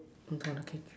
on top of the cake